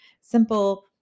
simple